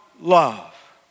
love